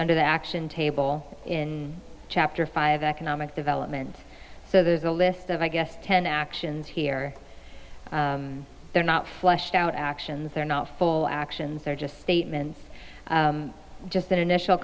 under the action table in chapter five economic development so there's a list of i guess ten actions here they're not fleshed out actions are not full actions are just statements just an initial